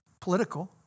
political